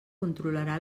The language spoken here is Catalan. controlarà